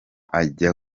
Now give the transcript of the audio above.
aja